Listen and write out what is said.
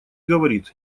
говорит